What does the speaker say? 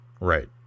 Right